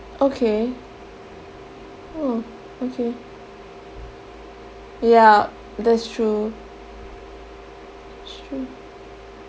okay oh okay yeah that's true true